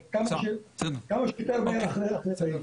כמה שיותר קצר,